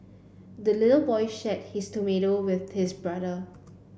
the little boy shared his tomato with his brother